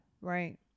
Right